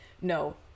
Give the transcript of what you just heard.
no